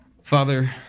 Father